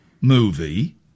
movie